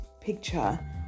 picture